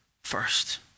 first